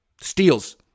Steals